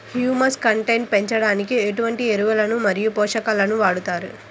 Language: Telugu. హ్యూమస్ కంటెంట్ పెంచడానికి ఎటువంటి ఎరువులు మరియు పోషకాలను వాడతారు?